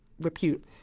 repute